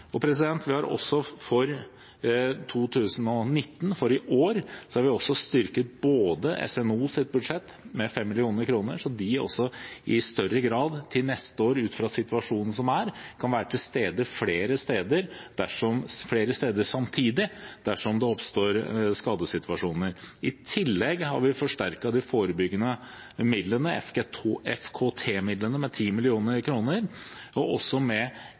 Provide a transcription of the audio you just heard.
også i Nord-Østerdal. For 2019 har vi også styrket Statens naturoppsyns budsjett med 5 mill. kr, slik at de til neste år – ut fra hva situasjonen måtte være – i større grad kan være til stede flere steder samtidig dersom det oppstår skadesituasjoner. I tillegg har vi forsterket de forebyggende midlene, FKT-midlene, med 10 mill. kr, med et eget prosjekt for Nord-Østerdal. Det som ble innvilget i høst, var ønsker om radiobjeller og